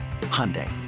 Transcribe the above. Hyundai